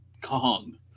Kong